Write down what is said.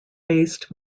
based